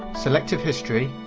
selective history,